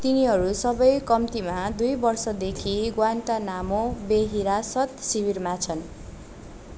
तिनीहरू सबै कम्तीमा दुई वर्षदेखि ग्वान्टानामो बे हिरासत शिविरमा छन्